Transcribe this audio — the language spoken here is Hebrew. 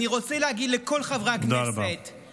אני רוצה להגיד לכל חברי הכנסת, תודה רבה.